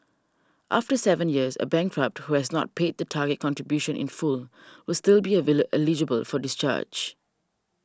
after seven years a bankrupt who has not paid the target contribution in full will still be eligible for discharge